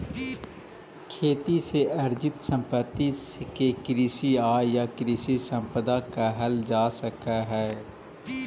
खेती से अर्जित सम्पत्ति के कृषि आय या कृषि सम्पदा कहल जा सकऽ हई